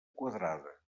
quadrada